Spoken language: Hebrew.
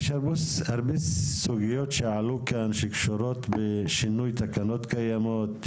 יש הרבה סוגיות שעלו כאן שקשורות בשינוי תקנות קיימות,